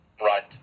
Right